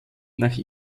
nach